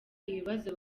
ibibazo